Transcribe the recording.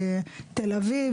תל אביב,